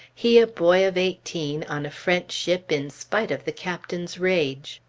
he a boy of eighteen, on a french ship in spite of the captain's rage.